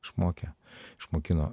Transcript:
išmokė išmokino